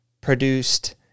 produced